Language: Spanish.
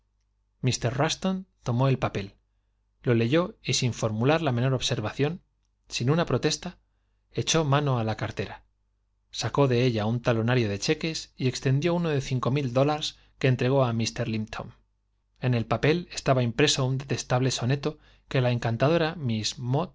mr russton tomó el papel lo leyó y sin formular la menor observación sin una protesta echó mano á la cartera sacó de ella un talonario de cheques y exten dió uno de dollars que entregó a mr limpton en el papel estaba impreso un detestable soneto que la encantadora miss